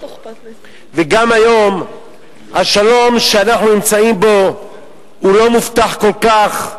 וגם היום השלום שאנחנו נמצאים בו לא מובטח כל כך,